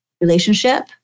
Relationship